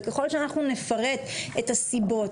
וככל שאנחנו נפרט את הסיבות,